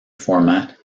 format